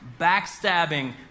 backstabbing